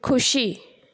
ખુશી